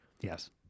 Yes